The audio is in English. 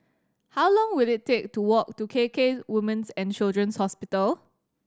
how long will it take to walk to K K Women's And Children's Hospital